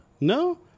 No